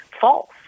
false